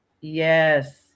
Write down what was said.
Yes